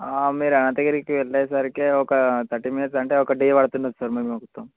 మీరు అనంతగిరికి వెళ్ళేసరికి ఒక థర్టీ మినిట్స్ అంటే ఒక డే పడుతుండచ్చు సార్ మొత్తం